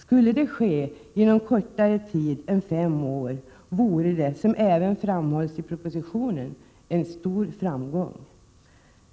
Skulle det ske inom en kortare tid än fem år vore det — som även framhålls i propositionen — en stor framgång.